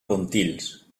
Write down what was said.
pontils